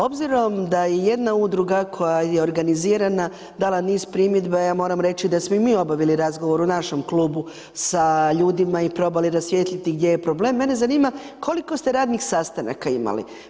Obzirom da je jedna udruga koja je organizirana dala niz primjedba ja moram reći da smo i mi obavili razgovor u našem klubu sa ljudima i probali rasvijetliti gdje je problem, mene zanima koliko ste radnih sastanaka imali?